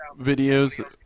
videos